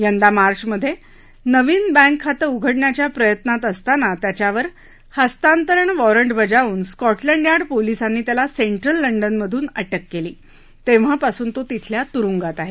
यंदा मार्चमधे नवीन बँक खातं उघडण्याच्या प्रयत्नात असताना त्याच्यावर हस्तांतरण वॉरंट बजावून स्कॉटलंड यार्ड पोलिसांनी त्याला सेंट्रल लंडनमधून अटक केली तेव्हापासून तो तिथल्या तुरुंगात आहे